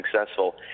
successful